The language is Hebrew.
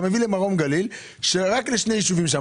אתה נותן תקציב למרום גליל רק לשני ישובים שם?